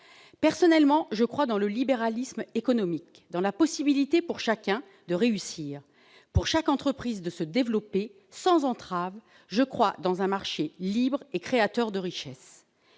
Personnellement, je crois dans le libéralisme économique, dans la possibilité pour chacun de réussir, pour chaque entreprise de se développer sans entrave ; je crois dans un marché libre et créateur de richesses.